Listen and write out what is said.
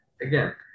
again